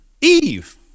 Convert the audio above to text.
Eve